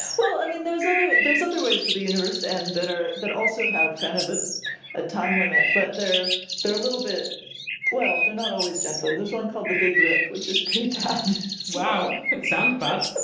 well i mean there's other there's other ways for the universe and that are that also have kind of ah a time limit. but they're they're a little bit well they're not always gentler. there's one called the big rip, which is pretty bad wow, it sounds bad